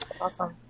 Awesome